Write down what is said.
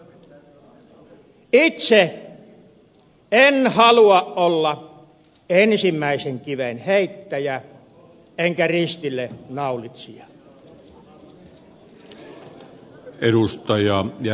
itse en halua olla ensimmäisen kiven heittäjä enkä ristillenaulitsija